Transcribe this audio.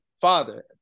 father